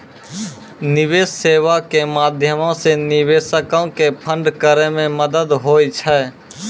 निवेश सेबा के माध्यमो से निवेशको के फंड करै मे मदत होय छै